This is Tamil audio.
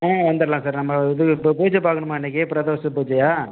ஆ வந்துடலாம் சார் நம்ம இது இப்போ பூஜை பார்க்கணுமா அன்னைக்கு பிரதோஷ பூஜையை